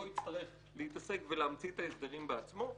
יצטרך להתעסק ולהמציא את ההסדרים בעצמו.